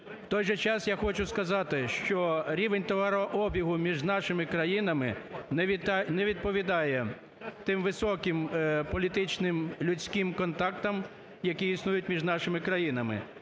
В той же час я хочу сказати, що рівень товарообігу між нашими країнами не відповідає тим високим політичним людським контактам, які існують між нашими країнами.